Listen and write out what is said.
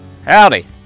Howdy